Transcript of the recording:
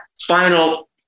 final